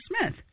Smith